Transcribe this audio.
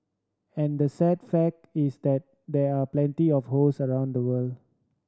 and the sad fact is that there are plenty of host around the world